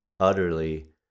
utterly